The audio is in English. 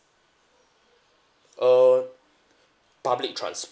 uh public transport